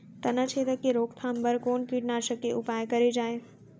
तनाछेदक के रोकथाम बर कोन कीटनाशक के उपयोग करे जाये?